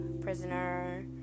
Prisoner